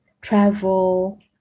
travel